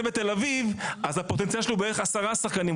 בתל אביב אז הפוטנציאל שלו הוא בערך 10 שחקנים,